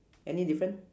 any different